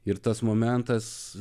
ir tas momentas